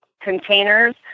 containers